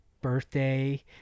birthday